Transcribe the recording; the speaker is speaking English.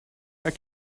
are